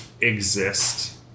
exist